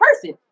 person